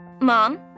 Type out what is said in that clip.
Mom